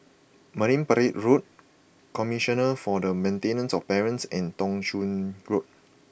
Marine Parade Road Commissioner for the Maintenance of Parents and Thong Soon Road